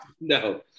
No